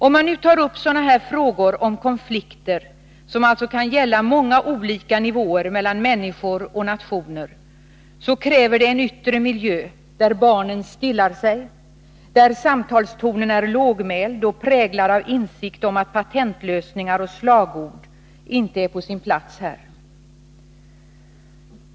Om man nu tar upp sådana här frågor om konflikter mellan människor och nationer — konflikter som alltså kan ha många olika nivåer — kräver det en yttre miljö där barnen stillar sig, där samtalstonen är lågmäld och präglad av insikt om att patentlösningar och slagord inte är på sin plats.